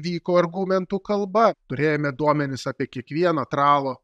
vyko argumentų kalba turėjome duomenis apie kiekvieno tralo